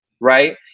right